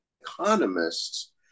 economists